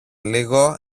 λίγο